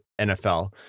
NFL